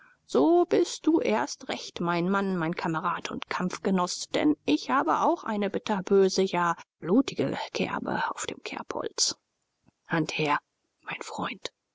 so bist du erst recht mein mann mein kamerad und kampfgenoß denn ich habe auch eine bitterböse ja blutige kerbe auf dem kerbholz hand her mein freund